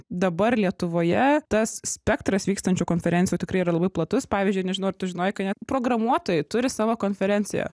dabar lietuvoje tas spektras vykstančių konferencijų tikrai yra labai platus pavyzdžiui nežinau ar tu žinojai kad net programuotojai turi savo konferenciją